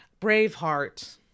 Braveheart